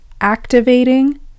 activating